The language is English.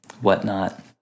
whatnot